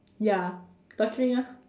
ya torturing ah